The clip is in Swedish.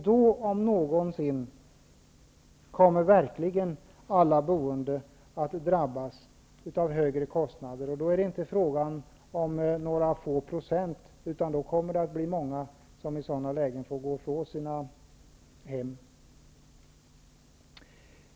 Då om någonsin kommer verkligen alla boende att drabbas av högre kostnader. Då är det inte fråga om några få procent, utan då kommer det att bli många som får gå ifrån sina hem.